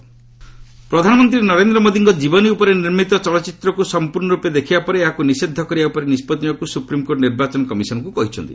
SC Modi biopic ପ୍ରଧାନମନ୍ତ୍ରୀ ନରେନ୍ଦ୍ର ମୋଦିଙ୍କ ଜୀବନୀ ଉପରେ ନିର୍ମିତ ଚଳଚ୍ଚିତ୍ରକୁ ସମ୍ପର୍ଷର୍ଣର୍ପେ ଦେଖିବା ପରେ ଏହାକୁ ନିଷେଧ କରିବା ଉପରେ ନିଷ୍କଭି ନେବାକୁ ସୁପ୍ରିମ୍କୋର୍ଟ ନିର୍ବଚାନ କମିଶନ୍କୁ କହିଛନ୍ତି